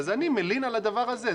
אז אני מלין על הדבר הזה.